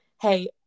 hey